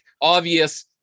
obvious